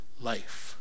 life